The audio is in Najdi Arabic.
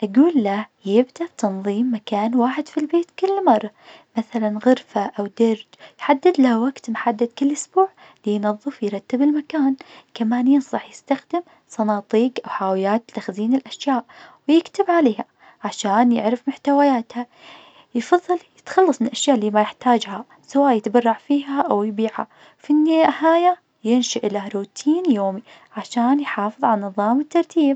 أقوله يبدأ تنظيم مكان واحد في البيت كل مرة, مثلاً غرفة أو درج, يحددله وقت محدد كل أسبوع, لينظف يرتب المكان, كمان ينصح يستخدم صناديج حاويات تخزين الأشياء, ويكتب عليها, عشان يعرف محتوياتها, يفضل يتخلص من الأشياء اللي مايحتاجها سواء يتبرع فيها أو يبيعها, في النيئ-هاية, ينشأ له روتين يومي, عشان يحافظ على النظام الترتيب.